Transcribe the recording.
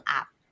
app